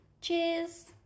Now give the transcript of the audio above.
Cheers